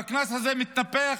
והקנס הזה מתנפח